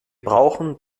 brauchen